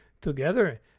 Together